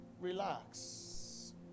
relax